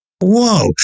Whoa